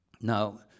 Now